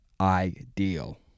ideal